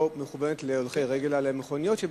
מכוונת להולכי רגל אלא למכוניות שבכביש,